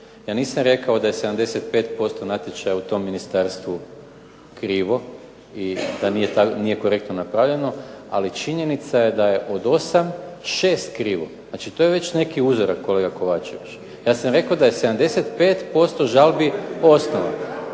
Ja nisam rekao da je 75% natječaja u tom ministarstvu krivo i da nije korektno napravljeno, ali činjenica je da je od osam, šest krivo. Znači to je već neki uzorak kolega Kovačević. Ja sam rekao da je 75% žalbi osnova.